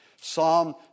Psalm